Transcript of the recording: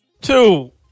two